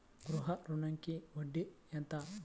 గృహ ఋణంకి వడ్డీ ఎంత?